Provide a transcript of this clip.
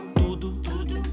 tudo